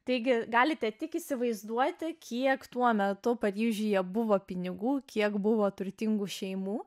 taigi galite tik įsivaizduojate kiek tuo metu panevėžyje buvo pinigų kiek buvo turtingų šeimų